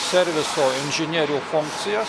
serviso inžinierių funkcijas